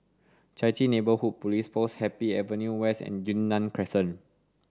Chai Chee Neighbourhood Police Post Happy Avenue West and Yunnan Crescent